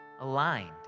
aligned